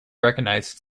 recognised